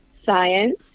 science